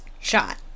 shot